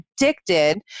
addicted